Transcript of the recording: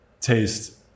taste